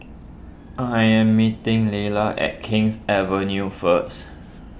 I am meeting Lelia at King's Avenue first